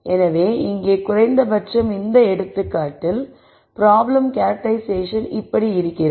எனவே இங்கே குறைந்தபட்சம் இந்த எடுத்துக்காகாட்டில் ப்ராப்ளம் கேரக்டெரைஸ்சேஷன் இப்படி இருக்கிறது